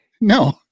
No